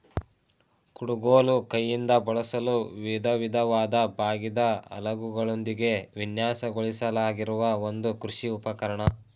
ಕುಡುಗೋಲು ಕೈಯಿಂದ ಬಳಸಲು ವಿಧವಿಧವಾದ ಬಾಗಿದ ಅಲಗುಗಳೊಂದಿಗೆ ವಿನ್ಯಾಸಗೊಳಿಸಲಾಗಿರುವ ಒಂದು ಕೃಷಿ ಉಪಕರಣ